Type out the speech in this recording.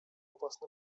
własny